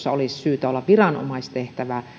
olisi syytä olla viranomaistehtävä